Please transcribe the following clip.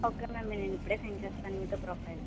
okay ma'am నేను ఇప్పుడే send చేస్తాను మీతో ప్రొఫైల్